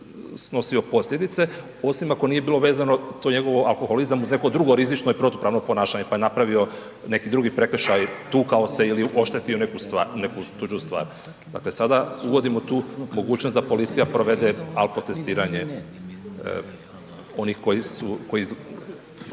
snosio posljedice osim ako nije bilo vezano to njegovo alkoholizam uz neko drugo rizično i protupravno ponašanje pa je napravio neki drugi prekršaj, tukao se ili oštetio neku stvar, neku tuđu stvar. Dakle sada uvodimo tu mogućnost da policija provede alkotestiranje onih koji